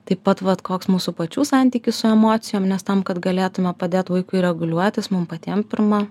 taip pat vat koks mūsų pačių santykis su emocijom nes tam kad galėtume padėt vaikui reguliuotis mum patiem pirma